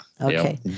Okay